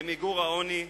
למיגור העוני,